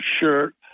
shirt